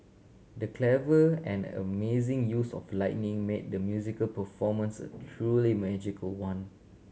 the clever and amazing use of lighting made the musical performance a truly magical one